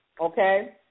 Okay